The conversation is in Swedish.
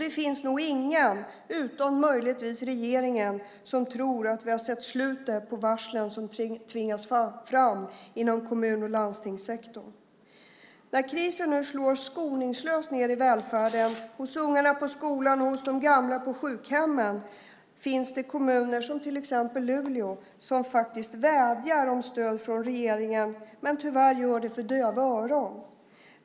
Det finns nog ingen utom möjligtvis regeringen som tror att vi har sett slutet på varslen som tvingas fram inom kommun och landstingssektorn. När krisen nu slår skoningslöst ned i välfärden, hos ungarna på skolan och hos de gamla på sjukhemmen, finns det kommuner som Luleå som faktiskt vädjar om stöd från regeringen, men tyvärr gör de det för döva öron.